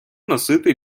носити